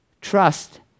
trust